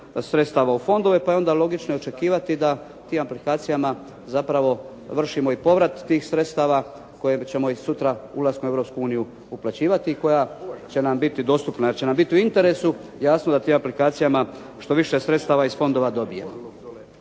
sredstava u fondove pa je onda logično i očekivati da tim aplikacijama zapravo vršimo i povrat tih sredstava koje ćemo sutra ulaskom u Europsku uniju uplaćivati i koja će nam biti dostupna jer će nam biti u interesu jasno da tim aplikacijama što više sredstava iz fondova dobijemo.